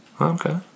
Okay